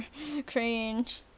cringe